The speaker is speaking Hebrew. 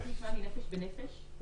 נשמע מ'נפש בנפש'?